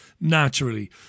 naturally